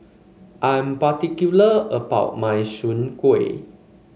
I am particular about my Soon Kueh